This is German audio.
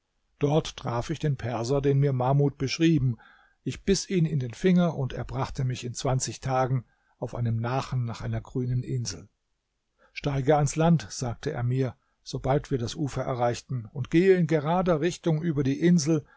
dort traf ich den perser den mir mahmud beschrieben ich biß ihn in den finger und er brachte mich in zwanzig tagen auf einem nachen nach einer grünen insel steige ans land sagte er mir sobald wir das ufer erreichten und gehe in gerader richtung über die insel